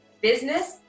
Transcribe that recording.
business